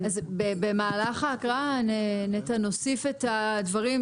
אז במהלך ההקראה נוסיף את הדברים,